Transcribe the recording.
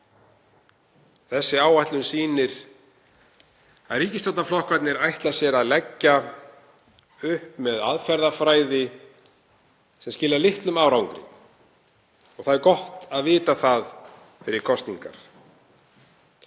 Þessi áætlun sýnir að ríkisstjórnarflokkarnir ætla sér að leggja upp með aðferðafræði sem skilar litlum árangri og það er gott að vita fyrir kosningar.